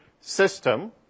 system